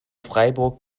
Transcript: freiburg